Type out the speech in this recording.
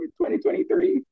2023